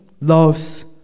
loves